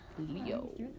Leo